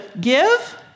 give